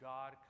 God